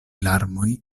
larmoj